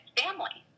family